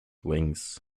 wings